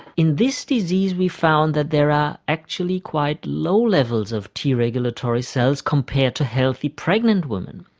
in this disease we found that there are actually quite low levels of t regulatory cells compared to healthy pregnant women.